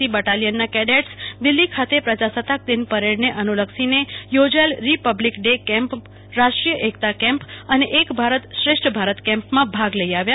C બટાલીયનના cadets Delhi ખાતે પ્રજાસત્તાક દિન પરેડને અનુલક્ષીને યોજાયેલ રીપબ્લીક ડે કેમ્પ રાષ્ટ્રીય એકતા કેમ્પ અને એક ભારત શ્રેષ્ઠ ભારત કેમ્પમાં ભાગ લઇ આવ્યા